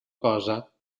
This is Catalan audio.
cosa